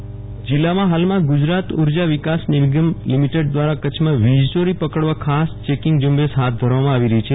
checking જીલ્લામાં ફાલમાં Gujarat Urja Vikas Nigam limited દ્રારા કચ્છમાં વીજ ચોરી પકડવા ખાસ ચેકીંગ ઝુંબેશ ફાથ ધરવામાં આવી રહી છે